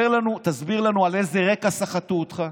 תסביר לנו על איזה רקע סחטו אותך,